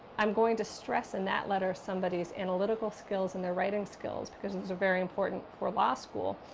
i'm going to stress, in that letter, somebody's analytical skills and their writing skills, because those are very important for law school.